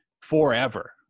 forever